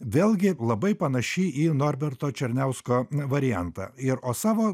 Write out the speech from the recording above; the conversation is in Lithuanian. vėlgi labai panaši į norberto černiausko variantą ir o savo